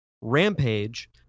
Rampage